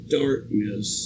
darkness